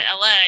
LA